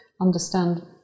understand